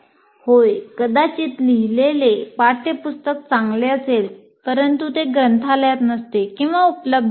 होय कदाचित लिहिलेले पाठ्यपुस्तक चांगले असेल परंतु ते ग्रंथालयात नसते किंवा उपलब्ध नसते